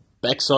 backside